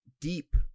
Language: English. deep